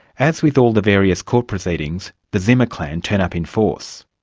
as with all the various court proceedings, the zimmer clan turn up in force.